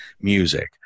music